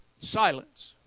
Silence